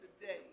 today